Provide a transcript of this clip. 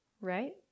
Right